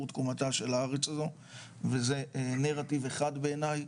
תקומתה של הארץ הזו וזה נרטיב אחד בעיניי,